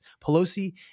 Pelosi